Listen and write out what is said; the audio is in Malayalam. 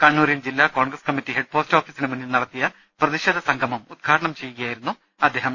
കണ്ണൂരിൽ ജില്ലാ കോൺഗ്രസ് കമ്മിറ്റി ഹെഡ് ന്ന പോസ്റ്റോഫീസിന് മുന്നിൽ നടത്തിയ പ്രതിഷേധ സംഗമം ഉദ്ഘാടനം ചെയ്യുകയായിരുന്നു അദ്ദേഹം